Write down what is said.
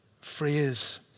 phrase